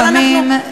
אבל אנחנו,